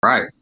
Right